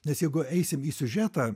nes jeigu eisim į siužetą